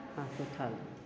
हाथ उठल